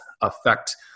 affect